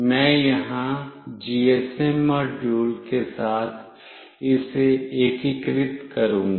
मैं यहाँ GSM module के साथ इसे एकीकृत करूंगा